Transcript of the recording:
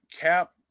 Cap